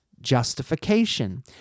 justification